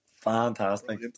Fantastic